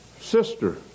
sister